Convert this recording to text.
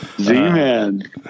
z-man